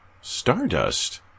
Stardust